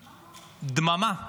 דממה,